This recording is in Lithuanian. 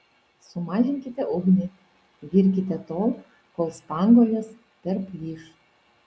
sumažinkite ugnį virkite tol kol spanguolės perplyš